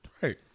Right